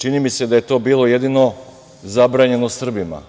Čini mi se da je bilo jedino zabranjeno Srbima